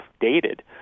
dated